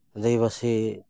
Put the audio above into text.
ᱟᱹᱫᱤᱵᱟᱹᱥᱤ